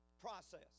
process